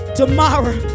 tomorrow